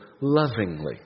lovingly